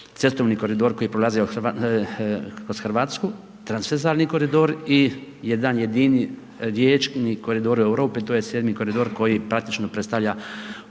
certovni koridor koji prolazi kroz RH, transverzalni koridor i jedan jedini riječni koridor Europe, to je sedmi koridor koji praktično predstavlja rijeku